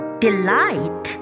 delight